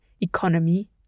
economy